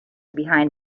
behind